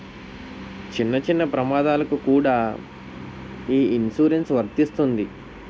చిన్న చిన్న ప్రమాదాలకు కూడా ఈ ఇన్సురెన్సు వర్తిస్తుంది